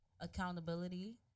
accountability